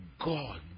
god